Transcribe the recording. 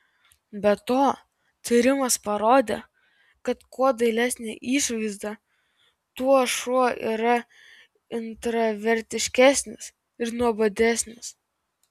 be to tyrimas parodė kad kuo dailesnė išvaizda tuo šuo yra intravertiškesnis ir nuobodesnis